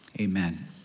Amen